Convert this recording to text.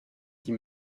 die